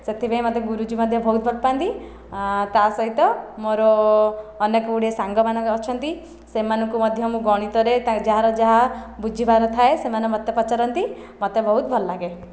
ସେଥିପାଇଁ ମୋତେ ଗୁରୁଜୀ ମଧ୍ୟ ବହୁତ ଭଲ ପାଆନ୍ତି ତା ସହିତ ମୋର ଅନେକ ଗୁଡ଼ିଏ ସାଙ୍ଗମାନେ ଅଛନ୍ତି ସେମାନଙ୍କୁ ମଧ୍ୟ ମୁଁ ଗଣିତରେ ଯାହାର ଯାହା ବୁଝିବାର ଥାଏ ସେମାନେ ମୋତେ ପଚାରନ୍ତି ମୋତେ ବହୁତ ଭଲ ଲାଗେ